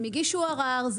הם הגישו ערר,